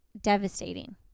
devastating